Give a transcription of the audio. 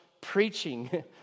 preaching